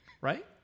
right